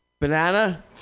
banana